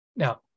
Now